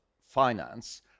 finance